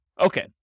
Okay